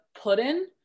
put-in